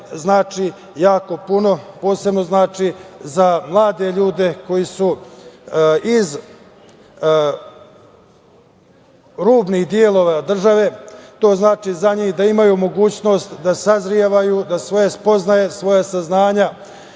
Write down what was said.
znači jako puno. Posebno znači za mlade ljude koji su iz rubnih delova države. To znači za njih da imaju mogućnost da sazrevaju, da svoje spoznaje, svoja saznanja